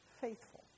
faithful